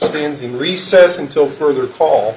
stands in recess until further call